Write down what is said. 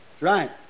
right